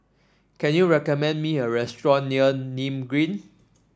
can you recommend me a restaurant near Nim Green